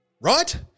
right